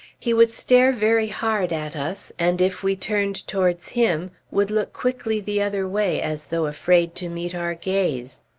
he would stare very hard at us, and if we turned towards him, would look quickly the other way as though afraid to meet our gaze.